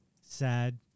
sad